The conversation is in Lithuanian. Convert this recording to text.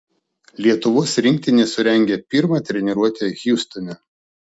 lietuvos rinktinė surengė pirmą treniruotę hjustone